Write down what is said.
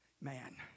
man